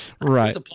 Right